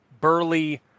burly